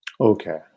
Okay